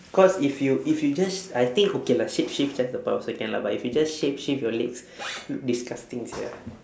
cause if you if you just I think okay lah shapeshift just the part also can lah but if you just shapeshift your legs look disgusting sia